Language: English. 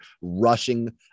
rushing